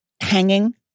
hanging